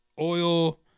Oil